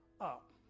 up